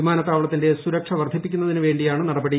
വിമാനത്താവളത്തിന്റെ സുരക്ഷ വർധിപ്പിക്കുന്നതിനു വേണ്ടിയാണ് നടപടി